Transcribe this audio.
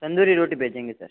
तंदूरी रोटी भेजेंगे सर